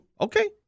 okay